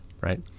Right